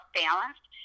balanced